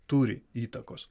turi įtakos